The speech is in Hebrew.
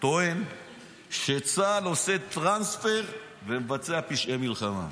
טוען שצה"ל עושה טרנספר ומבצע פשעי מלחמה.